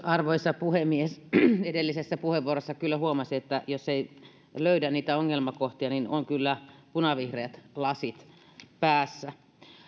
arvoisa puhemies edellisessä puheenvuorossa kyllä huomasi että jos ei löydä niitä ongelmakohtia niin on kyllä punavihreät lasit päässä